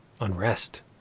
unrest